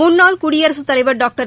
முன்னாள் குடியரசுத்தலைவர் டாக்டர்